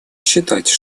считать